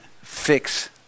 fix